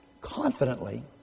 confidently